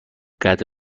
قدر